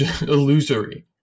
illusory